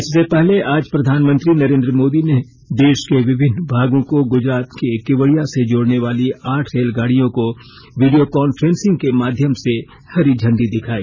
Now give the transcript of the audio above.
इससे पहले आज प्रधानमंत्री नरेन्द्र मोदी ने देश के विभिन्न भागों को ग़जरात के केवड़िया से जोड़ने वाली आठ रेलगाड़ियों को वीडियो कांफ्रेसिंग के माध्यम से ँ हरी झंडी दिखाई